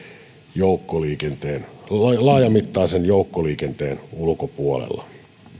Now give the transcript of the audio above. joukkoliikenteen laajamittaisen joukkoliikenteen ulkopuolella